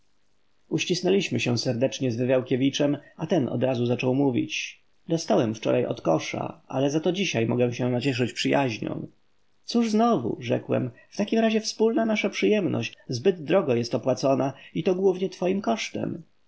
uścisnęliśmy się serdecznie z wywiałkiewiczem a ten odrazu zaczął mówić dostałem wczoraj odkosza ale za to dzisiaj mogę się nacieszyć przyjaźnią cóż znowu rzekłem w takim razie wspólna nasza przyjemność zbyt drogo jest opłacona i to głównie twoim kosztem